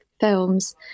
films